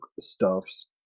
stuffs